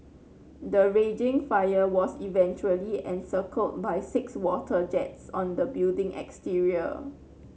the raging fire was eventually encircled by six water jets on the building exterior